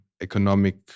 economic